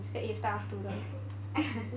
A-star student